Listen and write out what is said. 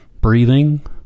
Breathing